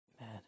man